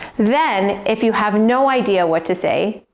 then, if you have no idea what to say,